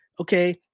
okay